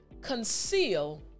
conceal